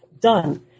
Done